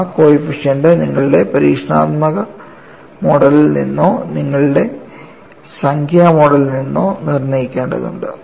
ആ കോയിഫിഷൻറെ നിങ്ങളുടെ പരീക്ഷണാത്മക മോഡലിൽ നിന്നോ നിങ്ങളുടെ സംഖ്യാ മോഡലിൽ നിന്നോ നിർണ്ണയിക്കേണ്ടതുണ്ട്